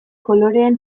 koloreen